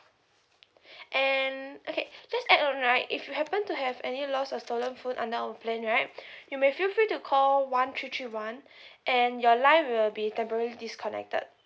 and okay just to add on right if you happen to have any lost or stolen phone under our plan right you may feel free to call one three three one and your line will be temporarily disconnected